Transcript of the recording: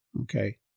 okay